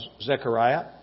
Zechariah